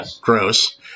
gross